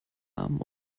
armen